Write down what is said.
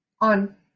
on